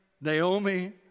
Naomi